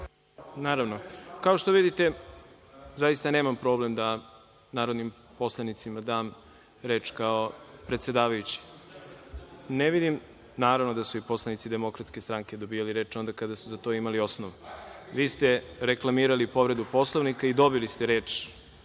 Radeta. Kao što vidite, zaista nemam problem da narodnim poslanicima dam reč kao predsedavajući. Naravno da su i poslanici DS dobijali reč onda kada su za to imali osnova. Vi ste reklamirali povredu Poslovnika i dobili ste reč